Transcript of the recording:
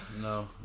No